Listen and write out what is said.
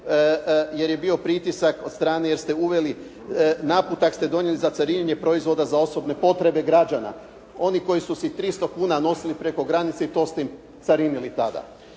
jer je bio pritisak od strane jer ste uveli, naputak ste donijeli za carinjenje proizvoda za osobne potrebe građana, onih koji su si 300 kuna nosili preko granice i to ste im carinili tada.